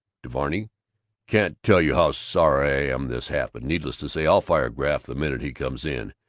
to varney can't tell you how sorry i am this happened. needless to say, i'll fire graff the minute he comes in.